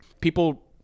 People